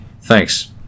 Thanks